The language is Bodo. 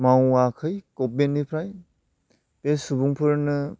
मावाखै गभमेन्टनिफ्राय बे सुबुंफोरनो